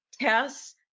tests